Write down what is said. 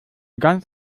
ganz